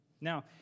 Now